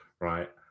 right